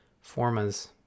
Formas